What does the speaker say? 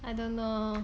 I don't know